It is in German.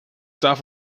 darf